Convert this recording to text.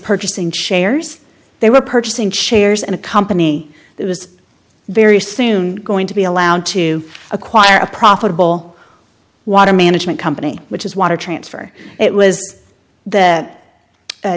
purchasing shares they were purchasing shares in a company that was very soon going to be allowed to acquire a profitable water management company which is water transfer it was that